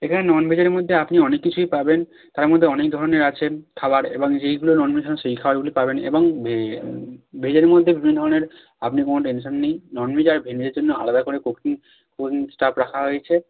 এখানে নন ভেজের মধ্যে আপনি অনেক কিছুই পাবেন তার মধ্যে অনেক ধরণের আছেন খাবার এবং যেইগুলো নন ভেজ সেই খাবারগুলিই পাবেন এবং ভেজের মধ্যে বিভিন্ন ধরনের আপনি কোনো টেনশন নেই নন ভেজের আর ভেজের জন্য আলাদা করে কুকিং কুকিং স্টাফ রাখা হয়েছে